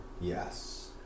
yes